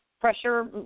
pressure